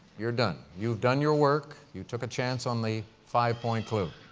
you're done. you've done your work. you took a chance on the five-point clue.